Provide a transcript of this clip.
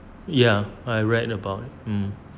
ya I read about um